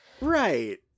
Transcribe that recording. right